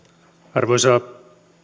arvoisa